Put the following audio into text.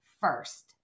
first